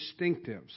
distinctives